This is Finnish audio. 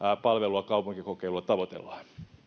palvelua kaupunkikokeilulla tavoitellaan